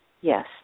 yes